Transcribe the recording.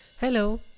Hello